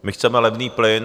My chceme levný plyn.